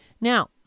Now